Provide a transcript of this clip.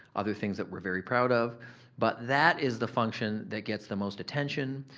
other things that we're very proud of but that is the function that gets the most attention,